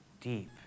deep